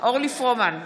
אורלי פרומן,